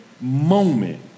moment